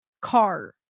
car